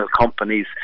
companies